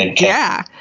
and yeah,